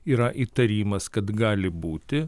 yra įtarimas kad gali būti